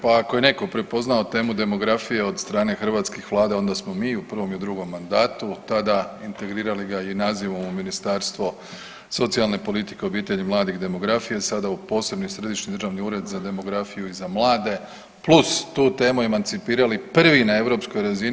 Pa ako je netko prepoznao temu demografije od strane hrvatskih vlada onda smo mi u prvom i drugom mandatu tada integrirali ga i nazivom u Ministarstvo socijalne politike, obitelji, mladih i demografije, sada u Posebni središnji državni ured za demografiju i za mlade plus tu temu emancipirali prvi na europskoj razini.